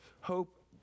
hope